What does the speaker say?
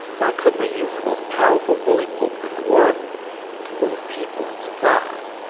why couldn't they use the most powerful bully pulpit in the world to move people and supplies?